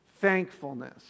thankfulness